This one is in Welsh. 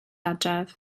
adref